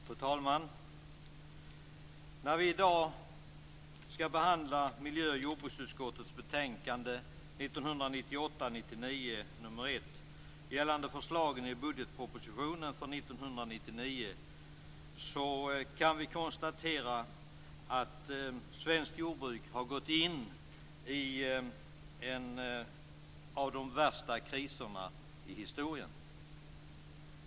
Fru talman! När vi i dag skall behandla miljö och jordbruksutskottets betänkande 1998/99:MJU1 gällande förslagen i budgetpropositionen för 1999 kan vi konstatera att svenskt jordbruk har gått in i en av de värsta kriserna i historien.